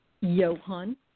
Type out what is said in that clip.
Johan